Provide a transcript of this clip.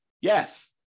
Yes